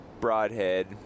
broadhead